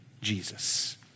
Jesus